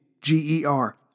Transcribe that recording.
G-E-R